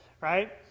right